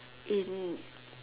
in